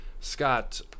Scott